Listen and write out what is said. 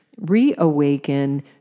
reawaken